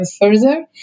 further